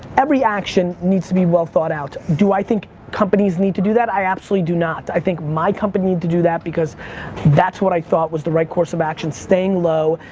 every action needs to be well thought out. do i think companies need to do that? i absolutely do not, i think my company needed to do that because that's what i thought was the right course of action, staying low,